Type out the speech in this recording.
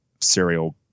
serial